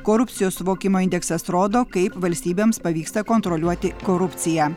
korupcijos suvokimo indeksas rodo kaip valstybėms pavyksta kontroliuoti korupciją